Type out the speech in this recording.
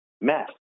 mess